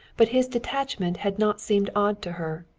but his detachment had not seemed odd to her.